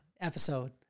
episode